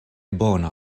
bona